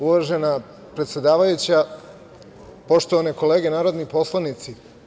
Uvažena predsedavajuća, poštovane kolege narodni poslanici.